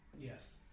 yes